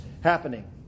happening